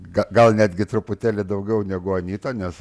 gal netgi truputėlį daugiau negu anyta nes